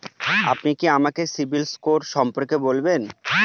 আপনি কি আমাকে সিবিল স্কোর সম্পর্কে বলবেন?